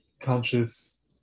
conscious